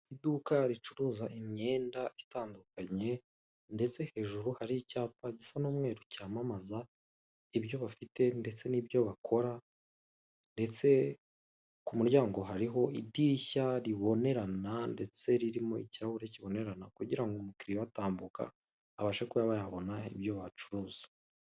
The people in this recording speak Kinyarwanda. Iduka ricuruza imyenda itandukanye, ndetse hejuru hari icyapa gisa n'umweru cyamamaza ibyo bafite ndetse n'ibyo bakora ndetse ku muryango hariho idirishya ribonerana ndetse ririmo ikirahure kibonerana kugira ngo umukiriya uhatambuka abashe kuba yabona ibyo bacuruza.